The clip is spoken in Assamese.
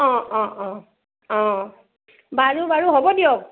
অ' অ' অ' অ' বাৰু বাৰু হ'ব দিয়ক